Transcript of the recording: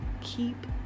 keep